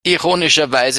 ironischerweise